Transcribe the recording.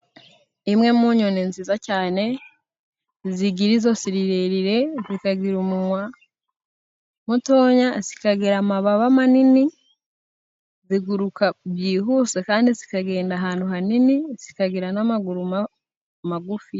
Imwe mu nyoni nziza cyane zigira izosi rirerire, zikagira umunwa mu mutoya, zikagira amababa manini, ziguruka byihuse, kandi zikagenda ahantu hanini, zikagira n'amaguru magufi.